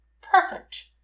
Perfect